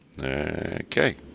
okay